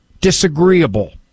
disagreeable